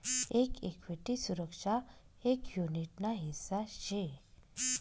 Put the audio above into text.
एक इक्विटी सुरक्षा एक युनीट ना हिस्सा शे